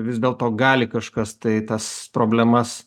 vis dėlto gali kažkas tai tas problemas